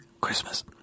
Christmas